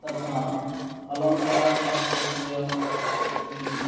तथा अलङ्कारशास्त्रस्य अपि